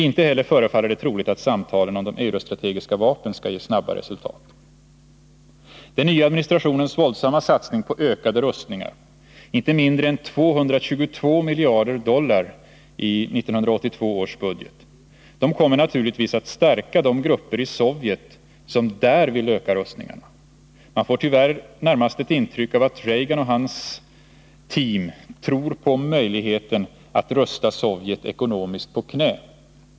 Inte heller förefaller det troligt att samtalen om de eurostrategiska vapnen skall ge snabba resultat. Den nya administrationens våldsamma satsning på ökade rustningar — inte mindre än 222 miljarder dollar i 1982 års budget — kommer naturligtvis att stärka de grupper i Sovjet som där vill öka rustningarna. Man får tyvärr närmast ett intryck av att Reagan och hans team tror på möjligheten att rusta Sovjet ekonomiskt på knä.